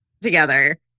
together